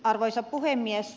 arvoisa puhemies